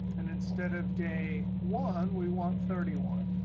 and instead of day one, we want thirty one.